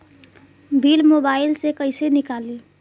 Bill mobile से कईसे निकाली?